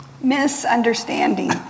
Misunderstanding